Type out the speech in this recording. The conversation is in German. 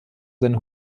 seine